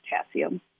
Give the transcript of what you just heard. potassium